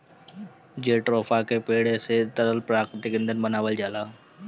jatropha के पेड़े से तरल प्राकृतिक ईंधन बनावल जाला